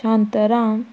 Shantaram